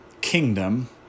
kingdom